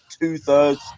two-thirds